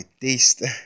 taste